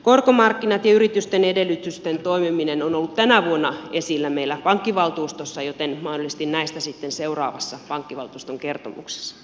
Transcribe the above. korkomarkkinat ja yritysten edellytysten toimiminen ovat olleet tänä vuonna esillä meillä pankkivaltuustossa joten mahdollisesti näistä sitten seuraavassa pankkivaltuuston kertomuksessa